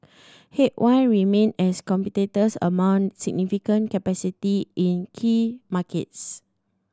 remain as competitors mount significant capacity in key markets